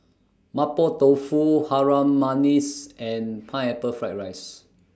Mapo Tofu Harum Manis and Pineapple Fried Rice